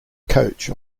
coach